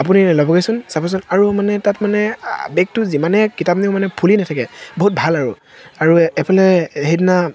আপুনি ল'বগৈচোন চাবগৈচোন আৰু মানে তাত মানে বেগটো যিমানে কিতাপ নিয়ে মানে ফুলি নেথাকে বহুত ভাল আৰু আৰু এফালে সেইদিনা